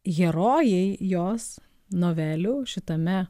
herojai jos novelių šitame